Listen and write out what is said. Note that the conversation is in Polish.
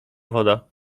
woda